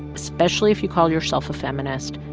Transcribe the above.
especially if you call yourself a feminist,